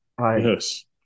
Yes